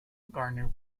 gardener